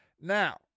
Now